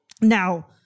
Now